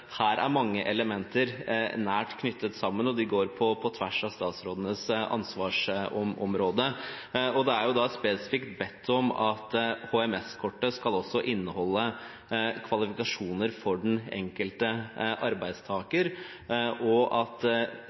her er mange elementer nært knyttet sammen, og de går på tvers av statsrådenes ansvarsområde. Det er spesifikt bedt om at HMS-kortet også skal inneholde kvalifikasjoner for den enkelte arbeidstaker, og at